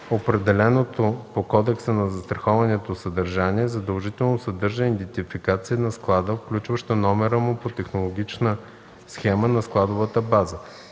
определеното по Кодекса за застраховането съдържание задължително съдържа идентификация на склада, включваща номера му по технологична схема на складовата база.